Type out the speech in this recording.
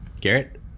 Garrett